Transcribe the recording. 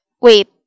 wait